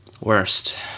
Worst